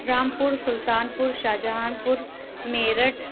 Rampur Sultanpur Shahjahanpur Meerut